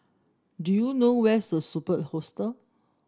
do you know where is Superb Hostel